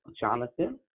Jonathan